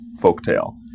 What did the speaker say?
folktale